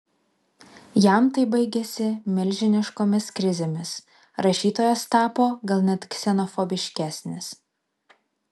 jam tai baigėsi milžiniškomis krizėmis rašytojas tapo gal net ksenofobiškesnis